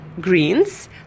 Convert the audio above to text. greens